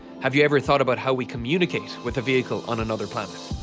have you ever thought about how we communicate with a vehicle on another planet.